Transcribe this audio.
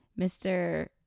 Mr